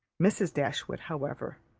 mrs. dashwood, however,